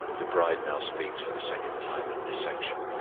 the bride now speaks for the second time in this section.